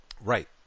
Right